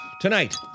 Tonight